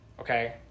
okay